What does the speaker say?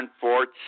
Fort